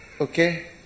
Okay